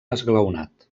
esglaonat